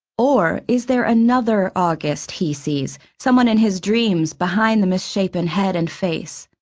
or is there another august he sees, someone in his dreams behind the misshapen head and face?